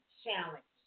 challenge